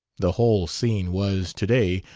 the whole scene was, to-day,